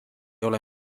ole